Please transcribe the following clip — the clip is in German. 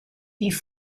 die